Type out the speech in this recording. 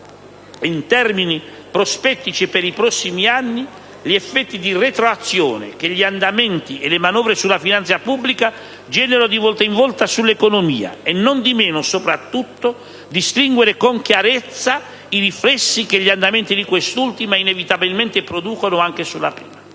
in termini prospettici per i prossimi anni, gli effetti di retroazione che gli andamenti e le manovre sulla finanza pubblica generano di volta in volta sull'economia, e nondimeno, soprattutto, distinguere con chiarezza i riflessi che gli andamenti di quest'ultima inevitabilmente producono anche sulla prima.